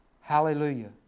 Hallelujah